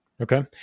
Okay